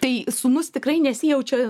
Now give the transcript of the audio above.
tai sūnus tikrai nesijaučia